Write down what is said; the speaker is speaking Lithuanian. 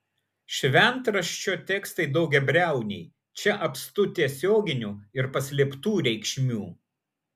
šventraščio tekstai daugiabriauniai čia apstu tiesioginių ir paslėptų reikšmių